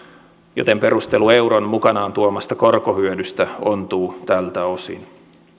joten perustelu euron mukanaan tuomasta korkohyödystä ontuu tältä osin